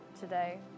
today